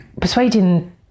persuading